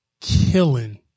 killing